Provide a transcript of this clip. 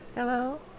Hello